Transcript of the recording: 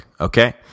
Okay